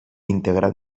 integrat